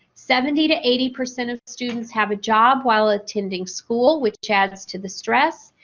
seventy to eighty percent of students have a job while attending school with adds to the stress.